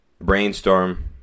brainstorm